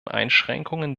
einschränkungen